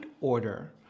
order